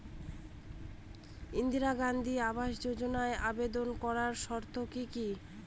ইন্দিরা গান্ধী আবাস যোজনায় আবেদন করার শর্ত কি কি?